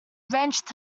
wrenched